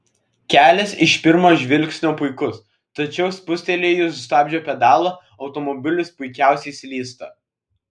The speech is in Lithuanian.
kelias iš pirmo žvilgsnio puikus tačiau spustelėjus stabdžio pedalą automobilis puikiausiai slysta